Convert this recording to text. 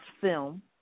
film